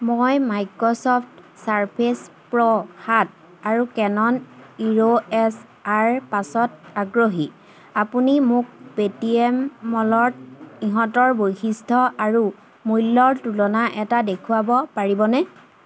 মই Microsoft Surface Pro সাত আৰু Canon E O S R পাঁচত আগ্ৰহী আপুনি মোক পেটিএম মলত ইহঁতৰ বৈশিষ্ট্য আৰু মূল্যৰ তুলনা এটা দেখুৱাব পাৰিবনে